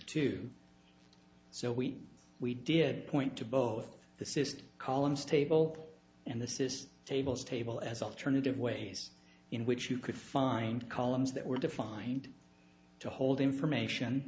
two so we we did point to both the system columns table and the system tables table as alternative ways in which you could find columns that were defined to hold information